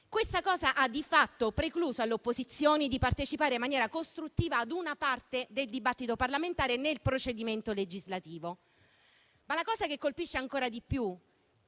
Ciò ha di fatto precluso alle opposizioni di partecipare in maniera costruttiva ad una parte del dibattito parlamentare nel procedimento legislativo. La cosa che però colpisce ancora di più